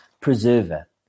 preserver